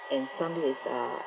some ways are insurance linked also